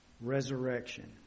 resurrection